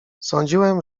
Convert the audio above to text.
sądziłem